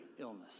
illness